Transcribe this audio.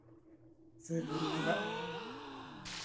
ᱥᱮ ᱵᱩᱨᱩ ᱵᱚᱸᱜᱟᱜ